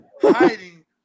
hiding